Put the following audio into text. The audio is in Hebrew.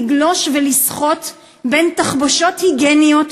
לגלוש ולשחות בין תחבושות היגייניות,